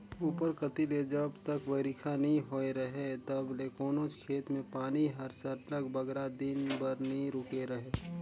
उपर कती ले जब तक बरिखा नी होए रहें तब ले कोनोच खेत में पानी हर सरलग बगरा दिन बर नी रूके रहे